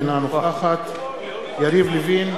אינה נוכחת יריב לוין,